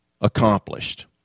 accomplished